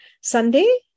Sunday